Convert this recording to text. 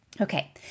Okay